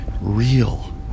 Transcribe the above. real